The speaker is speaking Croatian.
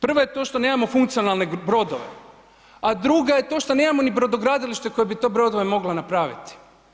Prva je to što nemamo funkcionalne brodove, a druga je to što nemamo ni brodogradilište koje bi te brodove moglo napraviti.